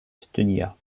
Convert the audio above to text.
stuttgart